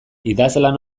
idazlan